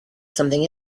something